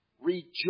rejoice